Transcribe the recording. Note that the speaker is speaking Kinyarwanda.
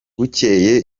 bukeye